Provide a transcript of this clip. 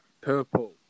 purple